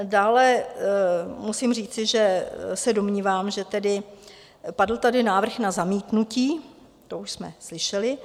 Dále musím říci, že se domnívám, že padl tady návrh na zamítnutí, to už jsme slyšeli.